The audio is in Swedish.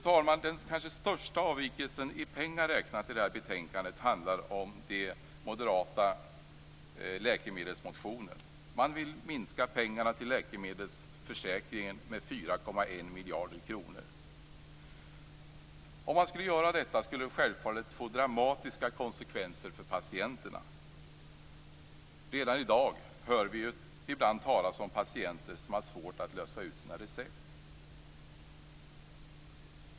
Det här betänkandets kanske största avvikelse i pengar räknat handlar om den moderata läkemedelsmotionen. Man vill minska pengarna till läkemedelsförsäkringen med 4,1 miljarder kronor. Om det gjordes skulle det självfallet bli dramatiska konsekvenser för patienterna. Redan i dag kan vi ju höra talas om patienter som har svårt att lösa ut sina recept.